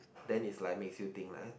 then is like makes you think